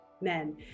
men